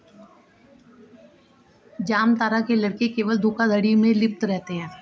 जामतारा के लड़के केवल धोखाधड़ी में लिप्त रहते हैं